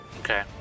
Okay